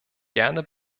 gerne